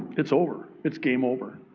it's over, it's game over.